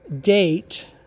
date